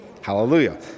Hallelujah